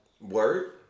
Word